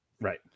Right